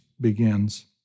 begins